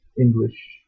English